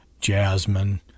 jasmine